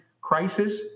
crisis